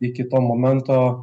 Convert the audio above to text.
iki to momento